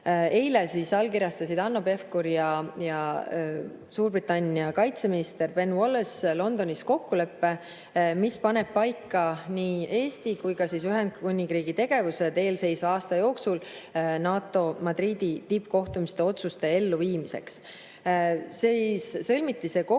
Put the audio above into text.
Eile allkirjastasid Hanno Pevkur ja Suurbritannia kaitseminister Ben Wallace Londonis kokkuleppe, mis paneb paika nii Eesti kui ka Ühendkuningriigi tegevuse eelseisva aasta jooksul NATO Madridi tippkohtumise otsuste elluviimiseks. Sõlmiti see kokkulepe